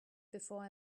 before